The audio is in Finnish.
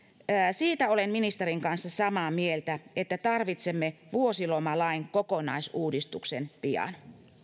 siitä olen ministerin kanssa samaa mieltä että tarvitsemme vuosilomalain kokonaisuudistuksen pian